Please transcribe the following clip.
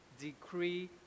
decree